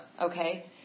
Okay